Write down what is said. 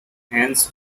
hence